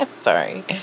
Sorry